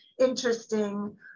interesting